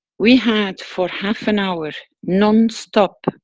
we had, for half an hour non-stop,